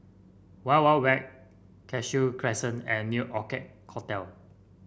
Wild Wild Wet Cashew Crescent and New Orchid Hotel